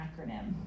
acronym